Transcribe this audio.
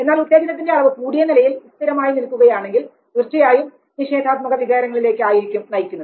എന്നാൽ ഉത്തേജനത്തിന്റെ അളവ് കൂടിയ നിലയിൽ സ്ഥിരമായി നിൽക്കുകയാണെങ്കിൽ തീർച്ചയായും നിഷേധാത്മക വികാരങ്ങളിലേക്കായിരിക്കും നയിക്കുന്നത്